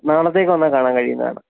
നാളത്തേക്ക് വന്നാൽ കാണാൻ കഴിയും കാണാം